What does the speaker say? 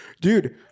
Dude